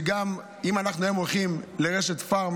גם אם אנחנו היום הולכים לרשת פארם,